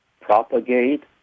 propagate